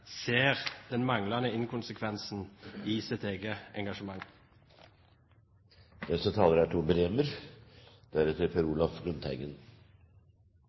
ser den manglende konsekvensen i sitt eget